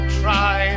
try